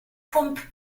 pump